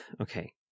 okay